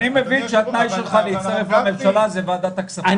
אני מבין שהתנאי שלך להצטרף לממשלה זה ועדת הכספים.